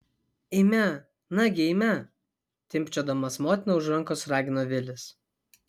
eime nagi eime timpčiodamas motiną už rankos ragino vilis